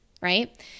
right